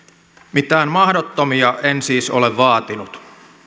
mitään mahdottomia en siis ole vaatinut